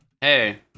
Hey